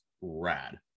rad